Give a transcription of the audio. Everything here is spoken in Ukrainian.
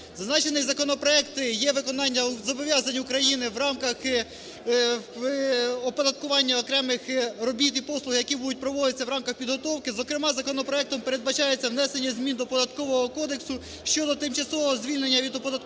Зазначений законопроект є виконанням зобов'язань України в рамках оподаткування окремих робіт і послуг, які будуть проводитися в рамках підготовки, зокрема законопроектом передбачається внесення змін до Податкового кодексу щодо тимчасового звільнення від оподаткування